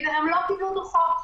8% מהאוכלוסייה הזאת אובחנו כחולים.